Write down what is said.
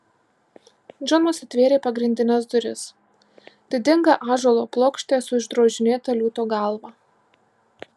džonas atvėrė pagrindines duris didingą ąžuolo plokštę su išdrožinėta liūto galva